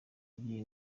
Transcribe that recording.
by’iyi